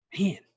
Man